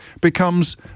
becomes